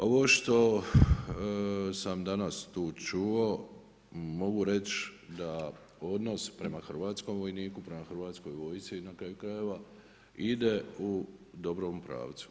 Ovo što sam danas tu čuo mogu reći da odnos prema hrvatskom vojniku, prema Hrvatskoj vojsci na kraju krajeva ide u dobrom pravcu.